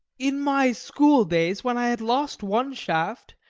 in my school-days, when i had lost one shaft,